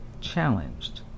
challenged